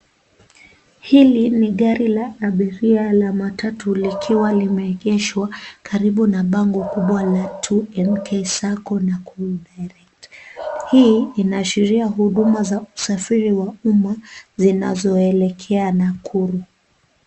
Hili ni gari la abiria la matatu likiwa limeegeshwa karibu na bango kubwa la [cs ] 2NK Sacco Nakuru Direct[cs ]. Hii inaashiria huduma ya usafiri wa umma zinazo elekea Nakuru.